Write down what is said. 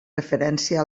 referència